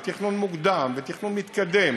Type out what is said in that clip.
תכנון מוקדם ותכנון מתקדם